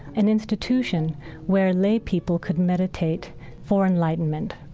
an institution where lay people could meditate for enlightenment.